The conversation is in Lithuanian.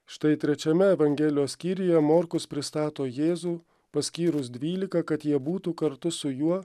štai trečiame evangelijos skyriuje morkus pristato jėzų paskyrus dvylika kad jie būtų kartu su juo